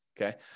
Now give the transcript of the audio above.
okay